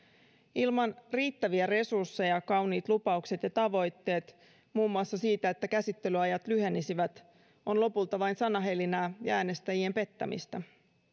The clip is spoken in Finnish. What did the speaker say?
ilman riittäviä resursseja kauniit lupaukset ja tavoitteet muun muassa siitä että käsittelyajat lyhenisivät ovat lopulta vain sanahelinää ja äänestäjien pettämistä